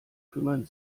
kümmern